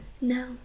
No